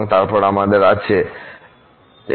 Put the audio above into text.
এবং তারপর আমাদের আছে 1 1n2